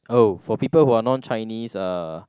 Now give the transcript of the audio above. oh for people who are non Chinese uh